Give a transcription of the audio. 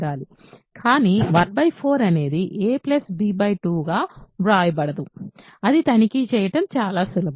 కానీ 1 4 అనేదే a b 2గా వ్రాయబడదు అది తనిఖీ చేయడం చాలా సులభం